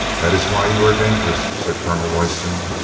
that is why you are dangerous, said colonel royston.